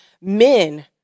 men